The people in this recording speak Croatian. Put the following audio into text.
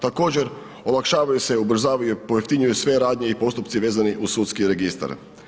Također olakšavaju se, ubrzavaju, pojeftinjuju sve radnje i postupci vezni uz sudski registar.